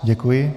Děkuji.